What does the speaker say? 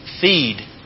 feed